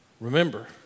Remember